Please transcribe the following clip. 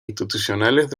institucionales